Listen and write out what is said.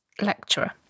lecturer